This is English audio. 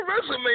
resume